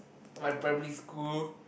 my primary school